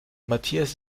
matthias